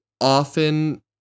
often